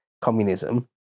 communism